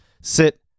Sit